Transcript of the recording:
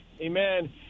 Amen